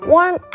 Warm